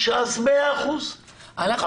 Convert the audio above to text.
בסדר גמור.